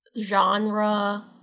genre